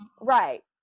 Right